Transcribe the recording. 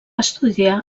estudiar